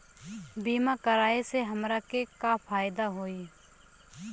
बीमा कराए से हमरा के का फायदा होई?